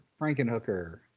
frankenhooker